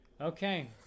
Okay